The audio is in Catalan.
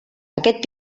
aquest